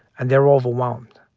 and they're overwhelmed.